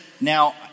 Now